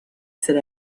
sit